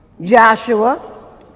Joshua